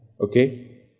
Okay